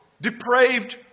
depraved